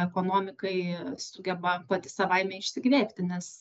ekonomikai sugeba pati savaime išsikvėpti nes